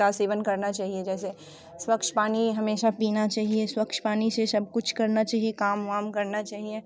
का सेवन करना चाहिए जैसे स्वच्छ पानी हमेशा पीना चहिए स्वच्छ पानी से सब कुछ करना चहिए काम वाम करना चाहिए